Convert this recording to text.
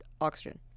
oxygen